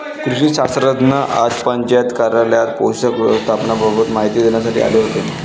कृषी शास्त्रज्ञ आज पंचायत कार्यालयात पोषक व्यवस्थापनाबाबत माहिती देण्यासाठी आले होते